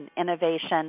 innovation